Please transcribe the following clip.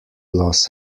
los